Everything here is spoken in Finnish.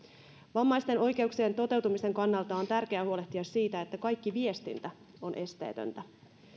vammaisten oikeuksien toteutumisen kannalta on tärkeää huolehtia siitä että kaikki viestintä on esteetöntä